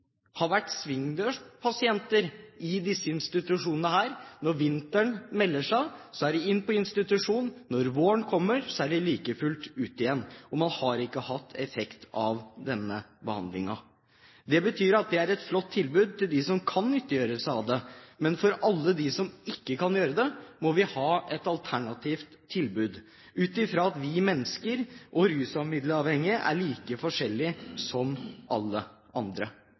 har vært svingdørspasienter i disse institusjonene. Når vinteren melder seg, er det inn på institusjon, når våren kommer, er det like fullt ut igjen, og man har ikke hatt effekt av denne behandlingen. Det betyr at det er et flott tilbud til dem som kan nyttiggjøre seg av det, men for alle dem som ikke kan gjøre det, må vi ha et alternativt tilbud ut fra at vi mennesker og rusmiddelavhengige er like forskjellige som alle andre.